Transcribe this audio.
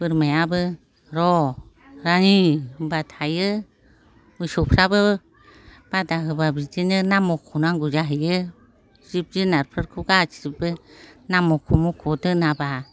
बोरमायाबो र' रानि होनबा थायो मोसौफ्राबो बादा होबा बिदिनो नाम मख'नांगौ जाहैयो जिब जुनारफोरखौ गासैबो नाम मख' मख' दोनाबा